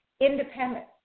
independent